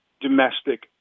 domestic